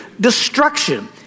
destruction